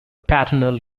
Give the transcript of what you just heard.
paternal